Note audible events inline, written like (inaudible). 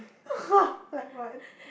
(laughs) !wah! like what